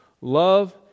Love